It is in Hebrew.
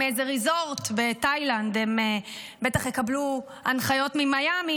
מאיזה ריזורט בתאילנד הם בטח יקבלו הנחיות ממיאמי